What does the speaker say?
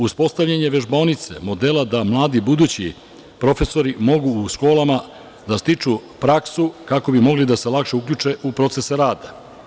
Uspostavljanje vežbaonice, modela da mladi budući profesori mogu u školama da stiču praksu kako bi mogli lakše da se uključe u proces rada.